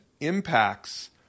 impacts